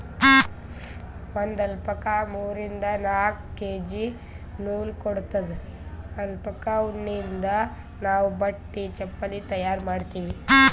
ಒಂದ್ ಅಲ್ಪಕಾ ಮೂರಿಂದ್ ನಾಕ್ ಕೆ.ಜಿ ನೂಲ್ ಕೊಡತ್ತದ್ ಅಲ್ಪಕಾ ಉಣ್ಣಿಯಿಂದ್ ನಾವ್ ಬಟ್ಟಿ ಚಪಲಿ ತಯಾರ್ ಮಾಡ್ತೀವಿ